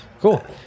cool